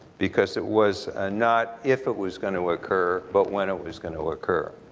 because it was ah not if it was going to occur, but when it was going to occur.